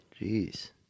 Jeez